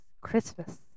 Christmas